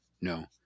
no